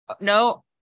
no